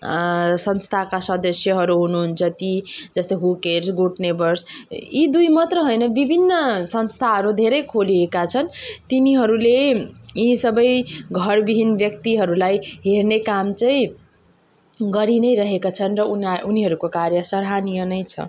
संस्थाका सदस्यहरू हुनुहुन्छ ति जस्तो हु केयर्स गुड नेबर्स यी दुईमात्र होइन विभिन्न संस्थाहरू धेरै खोलिएका छन् तिनीहरूले यी सबै घरविहीन व्यक्तिहरूलाई हेर्ने काम चाहिँ गरि नै रहेका छन् र उनी उनीहरूको कार्य सह्रानीय नै छ